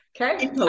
Okay